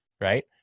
right